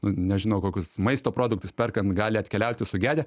nu nežinau kokius maisto produktus perkant gali atkeliauti sugedę